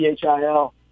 Phil